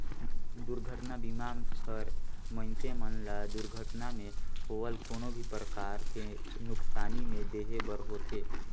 दुरघटना बीमा हर मइनसे मन ल दुरघटना मे होवल कोनो भी परकार के नुकसानी में देहे बर होथे